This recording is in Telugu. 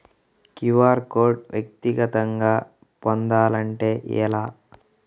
క్యూ.అర్ కోడ్ వ్యక్తిగతంగా పొందాలంటే ఎలా?